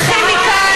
אנחנו צריכים מכאן,